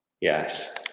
Yes